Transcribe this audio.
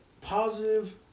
positive